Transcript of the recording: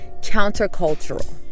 countercultural